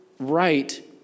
right